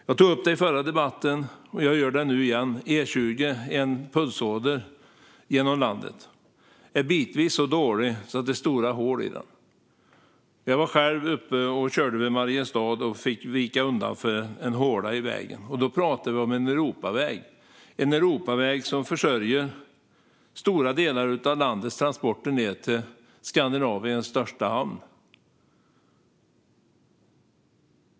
Jag tog upp det i den förra debatten, och jag gör det nu igen: E20, en pulsåder genom landet, är bitvis så dålig att det är stora hål i den. Jag var själv uppe och körde vid Mariestad och fick vika undan för en håla i vägen. Då pratar vi om en Europaväg som försörjer stora delar av landets transporter ned till Skandinaviens största hamn.